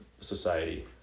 society